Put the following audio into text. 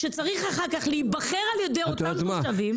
שצריך אחר כך להיבחר על ידי אותם תושבים.